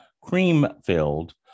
Cream-filled